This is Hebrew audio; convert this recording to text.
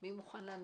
- מי מוכן לענות?